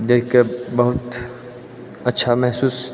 तऽ देखिके बहुत अच्छा महसूस